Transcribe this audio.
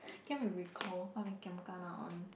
can't even recall what we giam kena on